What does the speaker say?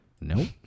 Nope